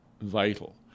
vital